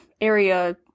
area